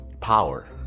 power